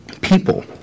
people